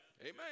Amen